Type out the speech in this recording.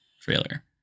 trailer